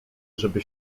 żeby